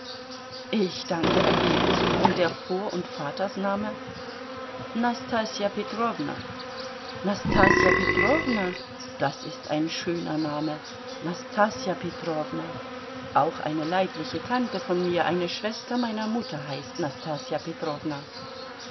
ich danke ergebenst und der vor und vatersname nastassja petrowna nastassja petrowna das ist ein schöner name nastassja petrowna auch eine leibliche tante von mir eine schwester meiner mutter heißt nastassja